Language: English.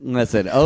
Listen